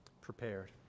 prepared